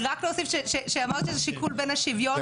רק להוסיף שאמרת שזה שיקול בין השוויון.